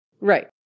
Right